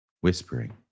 whispering